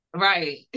Right